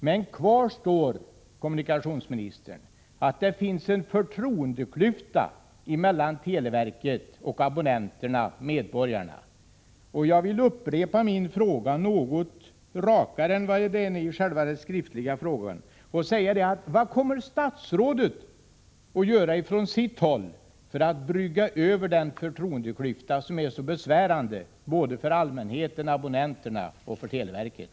Men kvar står, kommunikationsministern, att det finns en förtroendeklyfta mellan televerket och abonnenterna, medborgarna. Jag vill upprepa mitt spörsmål med en något rakare formulering än den som jag använde i den skriftliga frågan: Vad kommer statsrådet att göra från sitt håll för att brygga över den förtroendeklyfta som är så besvärande både för allmänheten-abonnenterna och för televerket?